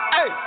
Hey